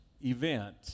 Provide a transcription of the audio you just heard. event